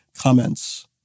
comments